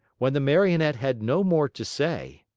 when the marionette had no more to say,